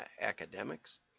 academics